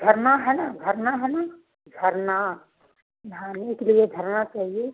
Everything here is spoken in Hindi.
झरना है ना झरना है ना झरना नहाने के लिए झरना चाहिए